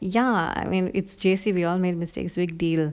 ya I mean it's J_C we all make mistakes big deal